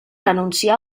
renuncià